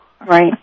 Right